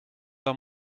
pas